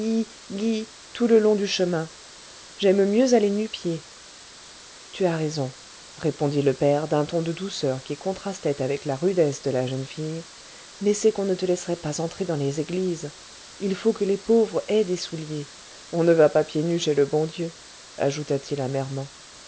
tout le long du chemin j'aime mieux aller nu-pieds tu as raison répondit le père d'un ton de douceur qui contrastait avec la rudesse de la jeune fille mais c'est qu'on ne te laisserait pas entrer dans les églises il faut que les pauvres aient des souliers on ne va pas pieds nus chez le bon dieu ajouta-t-il amèrement